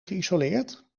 geïsoleerd